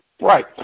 Right